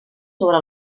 sobre